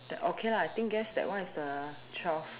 then okay lah I think guess that one is the twelve